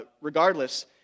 regardless